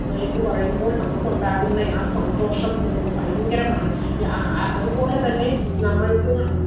എന്ന് പറയുമ്പോൾ നമുക്കുണ്ടാകുന്ന ആ സന്തോഷം നമുക്ക് ഭയങ്കരമാണ് അതുപോലെത്തന്നെ നമ്മൾക്കും